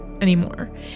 anymore